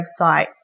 website